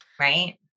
right